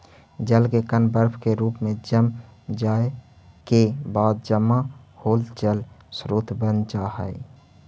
जल के कण बर्फ के रूप में जम जाए के बाद जमा होल जल स्रोत बन जा हई